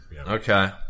Okay